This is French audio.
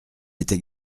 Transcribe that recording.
était